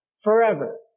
forever